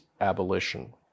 abolition